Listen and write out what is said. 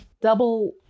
double